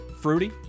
fruity